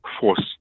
force